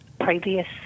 previous